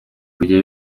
kujya